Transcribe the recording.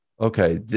okay